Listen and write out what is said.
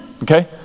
Okay